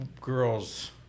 girls